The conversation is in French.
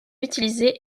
utilisée